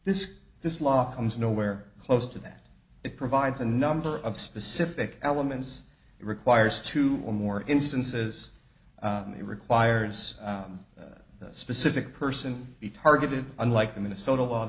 this this law comes nowhere close to that it provides a number of specific elements it requires two or more instances it requires the specific person be targeted unlike the minnesota